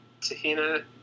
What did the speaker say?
tahina